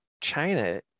China